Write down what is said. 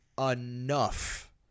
enough